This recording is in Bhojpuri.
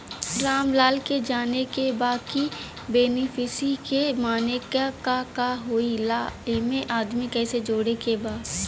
रामलाल के जाने के बा की बेनिफिसरी के माने का का होए ला एमे आदमी कैसे जोड़े के बा?